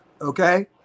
okay